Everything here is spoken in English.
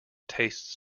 tastes